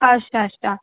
अच्छा अच्छा